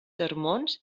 sermons